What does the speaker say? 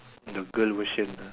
the girl version lah